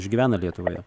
išgyvena lietuvoje